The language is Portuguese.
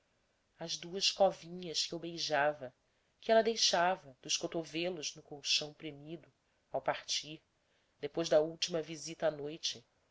as duas covinhas que eu beijava que ela deixava dos cotovelos no colchão premido ao partir depois da última visita à noite